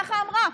ככה אמרה.